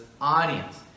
audience